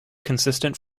consistent